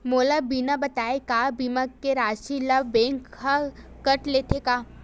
मोला बिना बताय का बीमा के राशि ला बैंक हा कत लेते का?